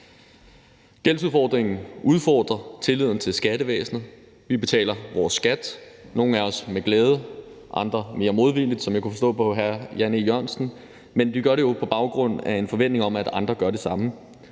Gældsudfordringen udfordrer tilliden til skattevæsenet. Vi betaler vores skat, nogle af os med glæde, andre mere modvilligt, som jeg kunne forstå på hr. Jan E. Jørgensen, men vi gør det jo på baggrund af en forventning om, at andre gør det samme: